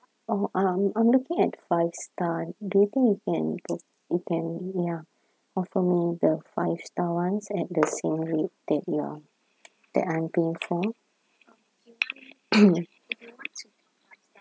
oh um I'm looking at five star do you think you can book you can ya offer me the five star ones at the same rate that you are that I'm being for